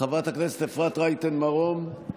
חברת הכנסת אפרת רייטן מרום,